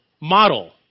model